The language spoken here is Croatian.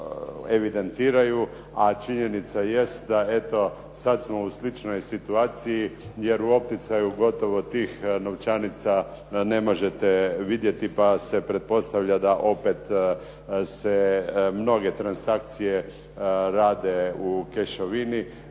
evidentiraju, a činjenica jest da, eto sad smo u sličnoj situaciji jer u opticaju gotovo tih novčanica ne možete vidjeti, pa se pretpostavlja da opet se mnoge transakcije rade u kešovini.